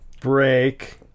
break